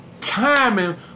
timing